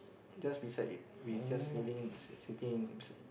just beside we just living sitting beside